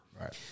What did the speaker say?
right